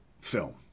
film